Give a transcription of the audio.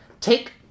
take